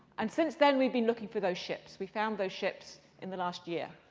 and since then, we've been looking for those ships. we found those ships in the last year.